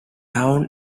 town